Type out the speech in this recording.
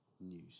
news